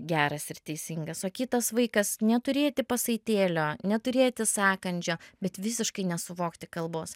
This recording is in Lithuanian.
geras ir teisingas o kitas vaikas neturėti pasaitėlio neturėti sąkandžio bet visiškai nesuvokti kalbos